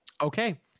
Okay